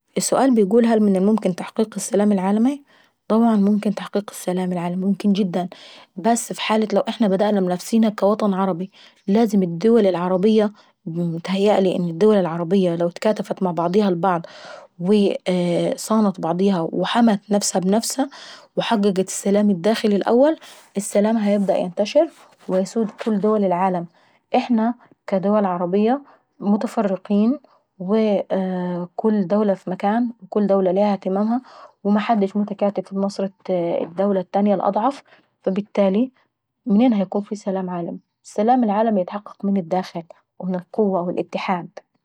السؤال بيقول هل من الممكن تحقيق السلام العالمالي؟ طبعا ممكن تحقيق السلام العالماي جدا. بس في حالة لو احنا بدانا بنفسينا كوطن عربي. لازم الدول العربية متهيألي لو اتكافت مع بعضيها البعض وصانت بعضيها وحمت نفسها بنفسها وحققت السلام الداخلي الأول السلام ينتشر، ويسود كل دول العالم. احنا كدول عربية متفرقين و كل دولة في مكان وكل دولة ليها اهتمامها ومحدش متكاتف لنصرة الدولة الأضعف، فالبتالي منين هيكون في سلام عالمي. السلام العالمي بيتحقق من الداخل ومن القوة والاتحاد.